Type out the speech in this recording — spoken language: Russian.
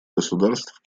государств